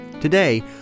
Today